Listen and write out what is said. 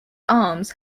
arms